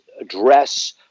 address